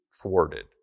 thwarted